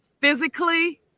physically